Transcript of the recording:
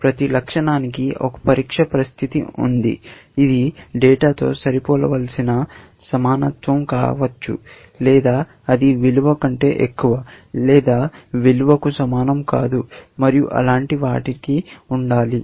ప్రతి లక్షణానికి ఒక పరీక్ష పరిస్థితి ఉంది ఇది డేటాతో సరిపోలవలసిన సమానత్వం కావచ్చు లేదా అది విలువ కంటే ఎక్కువ లేదా విలువకు సమానం కాదు మరియు అలాంటి వాటికి ఉండాలి